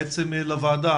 לוועדה,